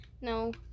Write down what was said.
no